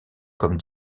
comme